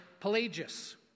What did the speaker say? Pelagius